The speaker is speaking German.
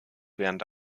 während